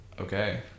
okay